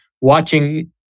watching